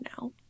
now